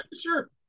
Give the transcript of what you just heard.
sure